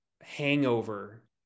hangover